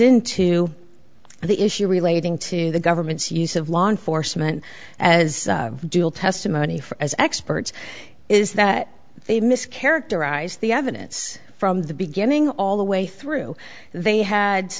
into the issue relating to the government's use of law enforcement as testimony as experts is that they miss characterize the evidence from the beginning all the way through they had